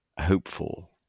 hopeful